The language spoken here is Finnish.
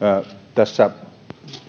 tässä